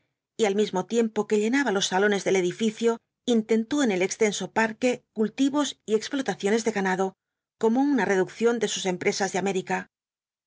y al mismo tiempo que llenaba los salones del edificio intentó en el extenso parque cultivos y explotaciones de ganado como una reducción de sus empresas de américa